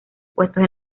puestos